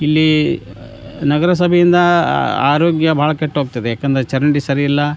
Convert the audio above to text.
ಇಲ್ಲಿ ನಗರಸಭೆಯಿಂದ ಆರೋಗ್ಯ ಭಾಳ ಕೆಟ್ಟು ಹೋಗ್ತದೆ ಯಾಕಂದರೆ ಚರಂಡಿ ಸರಿಯಿಲ್ಲ